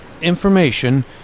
information